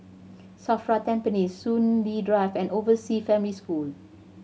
SAFRA Tampines Soon Lee Drive and Oversea Family School